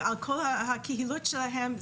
ועל כל הקהילות שלהם,